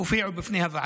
הופיעו בפני הוועדה: